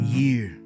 year